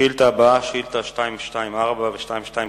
השאילתות הבאות, מס' 224 ו-225,